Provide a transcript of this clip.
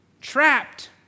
Trapped